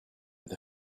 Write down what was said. with